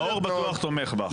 נאור בטוח תומך בה.